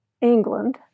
England